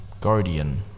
guardian